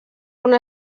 una